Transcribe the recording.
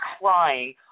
crying